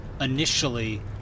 initially